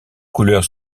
couleurs